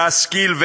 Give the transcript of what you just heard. להשכיל,